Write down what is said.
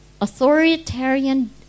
Authoritarian